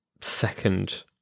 Second